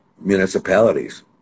municipalities